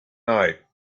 night